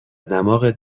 دماغت